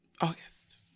August